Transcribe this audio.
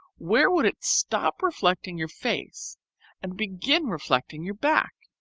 where would it stop reflecting your face and begin reflecting your back?